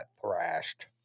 thrashed